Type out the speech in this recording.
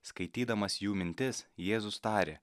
skaitydamas jų mintis jėzus tarė